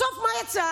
בסוף מה יצא?